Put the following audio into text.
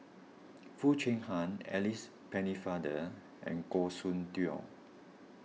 Foo Chee Han Alice Pennefather and Goh Soon Tioe